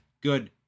good